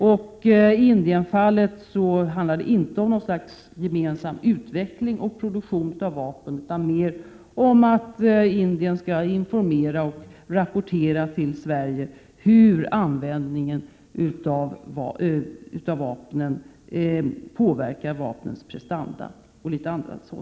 I Indienfallet handlar det inte om något slags gemensam utveckling och produktion av vapen utan mer om att Indien skall informera och rapportera till Sverige hur användningen av vapnen påverkar vapnens prestanda, m.m.